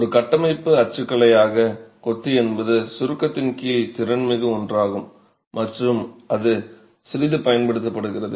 ஒரு கட்டமைப்பு அச்சுக்கலையாக கொத்து என்பது சுருக்கத்தின் கீழ் திறன் மிகு ஒன்றாகும் மற்றும் அது சிறிது பயன்படுத்தப்படுகிறது